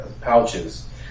Pouches